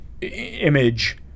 image